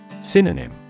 Synonym